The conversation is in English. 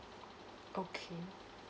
okay